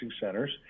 centers